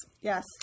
Yes